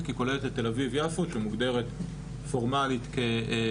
כי היא כוללת את תל אביב-יפו שמוגדרת פורמאלית כעיר